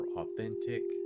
authentic